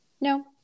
no